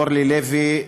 אורלי לוי,